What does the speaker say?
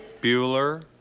bueller